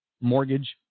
Mortgage